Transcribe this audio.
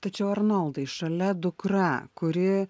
tačiau arnoldai šalia dukra kuri